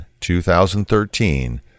2013